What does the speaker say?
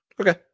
okay